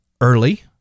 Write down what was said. early